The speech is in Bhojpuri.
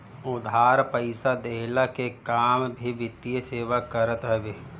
उधार पईसा देहला के काम भी वित्तीय सेवा करत हवे